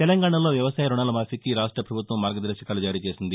తెలంగాణలో వ్యవసాయ రుణాల మాఫీకి రాష్ట ప్రభుత్వం మార్గదర్భకాలు జారీచేసింది